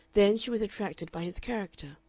then she was attracted by his character,